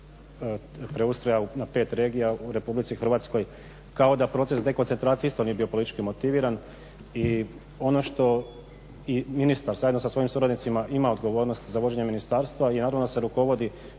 preustroja na pet regija u Republici Hrvatskoj kao da proces dekoncentracije isto nije bio politički motiviran. I ono što i ministar zajedno sa svojim suradnicima ima odgovornost za vođenje ministarstva i naravno da se rukovodi